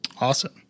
Awesome